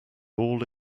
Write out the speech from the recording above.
all